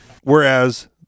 Whereas